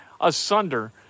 asunder